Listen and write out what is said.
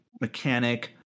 mechanic